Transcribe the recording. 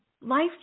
life